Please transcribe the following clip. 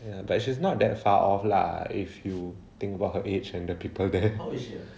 ya but she's not that far off lah if you think about her age and the people there